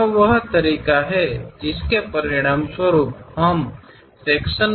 ಫಲಿತಾಂಶದ ವಿಭಾಗವನ್ನು ನಾವು ಪಡೆಯುವ ವಿಧಾನ ಇದು